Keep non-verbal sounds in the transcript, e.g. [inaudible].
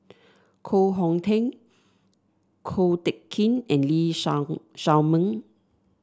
Koh Hong Teng Ko Teck Kin and Lee [unintelligible] Shao Meng